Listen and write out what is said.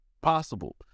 possible